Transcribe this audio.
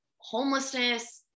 homelessness